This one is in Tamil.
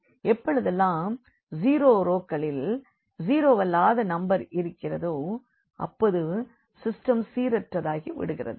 எப்போதெல்லாம் ஜீரோ ரோக்களில் ஜீரோவல்லாத நம்பர் இருக்கிறதோ அப்போது சிஸ்டம் சீரற்றதாகிவிடுகிறது